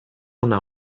hona